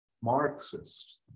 Marxist